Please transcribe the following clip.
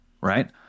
right